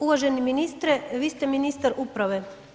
Uvaženi ministre, vi ste ministar uprave.